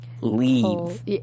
leave